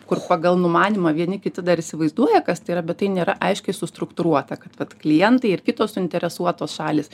kur pagal numanymą vieni kiti dar įsivaizduoja kas tai yra bet tai nėra aiškiai sustruktūruota kad vat klientai ir kitos suinteresuotos šalys